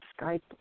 Skype